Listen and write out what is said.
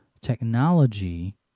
technology